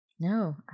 No